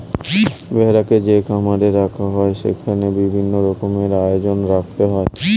ভেড়াকে যে খামারে রাখা হয় সেখানে বিভিন্ন রকমের আয়োজন রাখতে হয়